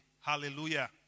Hallelujah